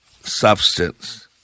substance